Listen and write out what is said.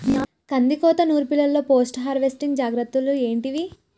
కందికోత నుర్పిల్లలో post harvesting జాగ్రత్తలు ఏంటివి?